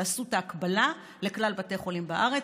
תעשו את ההקבלה לכלל בתי החולים בארץ,